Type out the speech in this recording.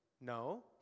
No